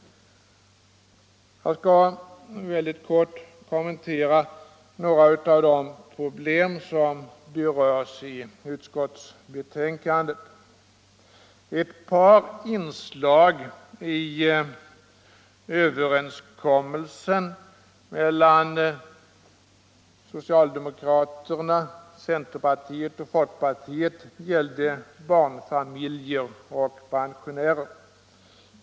Jag skall mycket kort kommentera några av de problem som berörs i utskottsbetänkandet. Ett par inslag i överenskommelsen mellan so cialdemokraterna, centerpartiet och folkpartiet gällde barnfamiljer och pensionärer.